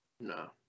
No